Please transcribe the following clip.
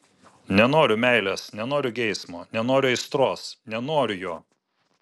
nenoriu meilės nenoriu geismo nenoriu aistros nenoriu jo